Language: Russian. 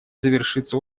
завершится